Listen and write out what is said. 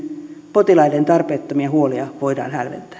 potilaiden tarpeettomia huolia voidaan